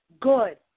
good